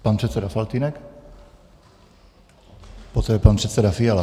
Pan předseda Faltýnek, poté pan předseda Fiala.